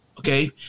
Okay